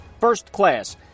FIRSTCLASS